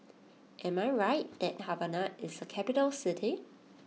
am I right that Havana is a capital city